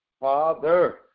Father